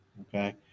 okay